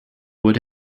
would